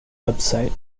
website